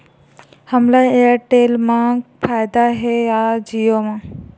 हमला एयरटेल मा फ़ायदा हे या जिओ मा?